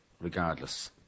regardless